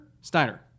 Steiner